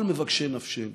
לכל מבקשי נפשנו